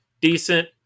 Decent